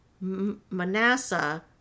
Manasseh